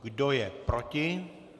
Kdo je proti?